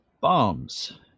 Bombs